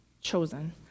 chosen